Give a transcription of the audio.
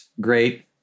great